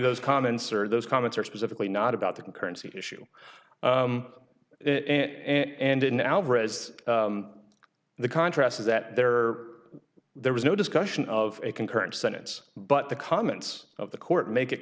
those comments or those comments are specifically not about the currency issue and in alvarez the contrast is that there there was no discussion of a concurrent sentence but the comments of the court make it